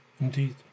Indeed